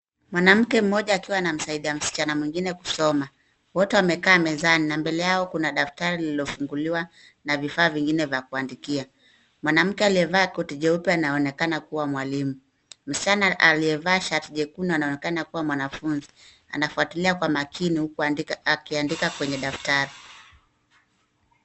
Mwanamke mmoja akiwa anamsaidia msichana mwingine kusoma. Wote wamekaa mezani na mbele yao kuna daftari lililofunguliwa na vifaa vingine vya kuandikia. Mwanamke aliyevaa koti jeupe anaonekana kuwa mwalimu. Msichana aliyevaa shati jekundu anaonekana kuwa mwanafunzi. Anafuatilia kwa makini huku akiandika kwenye daftari.